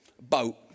Boat